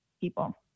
people